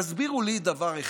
תסבירו לי דבר אחד: